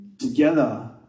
Together